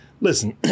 listen